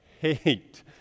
hate